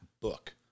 book